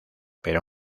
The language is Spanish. pero